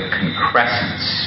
concrescence